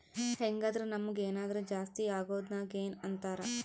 ಹೆಂಗಾದ್ರು ನಮುಗ್ ಏನಾದರು ಜಾಸ್ತಿ ಅಗೊದ್ನ ಗೇನ್ ಅಂತಾರ